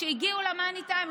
כשהגיעו למאני טיים,